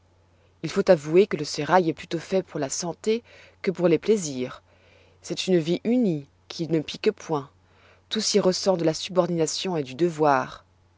il faut avouer que le sérail est plutôt fait pour la santé que pour les plaisirs c'est une vie unie qui ne pique point tout s'y ressent de la subordination et du devoir